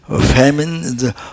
famine